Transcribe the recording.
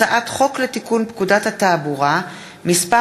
הצעת חוק לתיקון פקודת מסי העירייה ומסי